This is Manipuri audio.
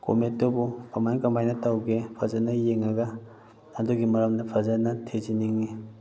ꯀꯣꯃꯦꯠꯇꯨꯕꯨ ꯀꯃꯥꯏ ꯀꯃꯥꯏꯅ ꯇꯧꯒꯦ ꯐꯖꯅ ꯌꯦꯡꯉꯒ ꯑꯗꯨꯒꯤ ꯃꯔꯝꯗ ꯐꯖꯅ ꯊꯤꯖꯤꯟꯅꯤꯡꯏ